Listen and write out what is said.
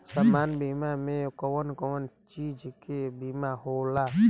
सामान्य बीमा में कवन कवन चीज के बीमा होला?